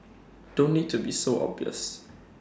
don't need to be so obvious